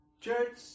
church